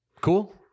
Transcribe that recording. cool